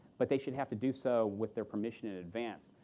but they should have to do so with their permission in advance.